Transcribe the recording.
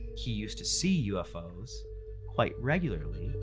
he used to see ufos quite regularly,